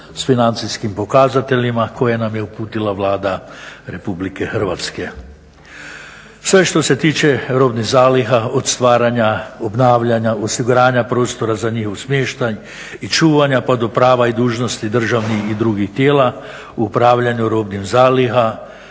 s financijskim pokazateljima koje nam je uputila Vlada RH. Sve što se tiče robnih zaliha, od stvaranja, obnavljanja, osiguranja prostora za njihov smještaj i čuvanja pa do prava i dužnosti državnih i drugih tijela u upravljanju robnim zalihama